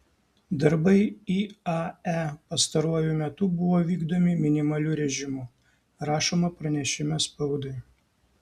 darbai iae pastaruoju metu buvo vykdomi minimaliu režimu rašoma pranešime spaudai